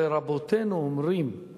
ורבותינו אומרים